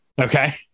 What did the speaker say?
okay